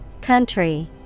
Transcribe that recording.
Country